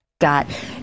Got